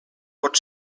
pot